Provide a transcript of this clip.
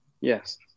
Yes